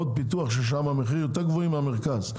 ששם המחירים יותר גבוהים מהמרכז.